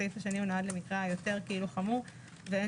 הסעיף השני נועד למקרה היותר חמור ואין